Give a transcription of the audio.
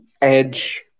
edge